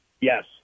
Yes